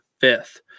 fifth